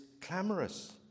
clamorous